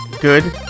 Good